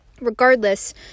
regardless